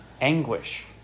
anguish